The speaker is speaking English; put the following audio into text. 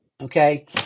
Okay